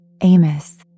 amos